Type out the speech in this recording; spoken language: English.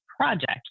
project